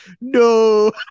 No